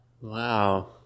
Wow